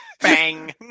Bang